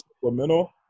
supplemental